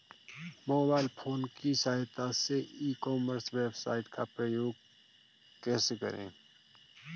Mobile phone की सहायता से ई कॉमर्स वेबसाइट का उपयोग कैसे करें?